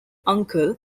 uncle